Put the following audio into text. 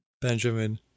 Benjamin